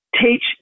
teach